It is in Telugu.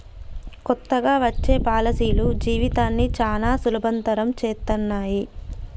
కొత్తగా వచ్చే పాలసీలు జీవితాన్ని చానా సులభతరం చేత్తన్నయి